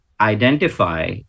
identify